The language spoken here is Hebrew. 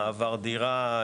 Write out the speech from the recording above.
מעבר דירה,